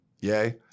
yay